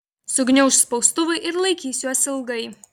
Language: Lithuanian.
sugniauš spaustuvai ir laikys juos ilgai